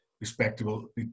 respectable